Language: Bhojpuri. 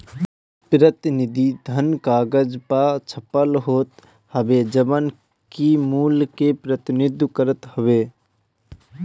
प्रतिनिधि धन कागज पअ छपल होत हवे जवन की मूल्य के प्रतिनिधित्व करत हवे